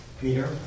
Peter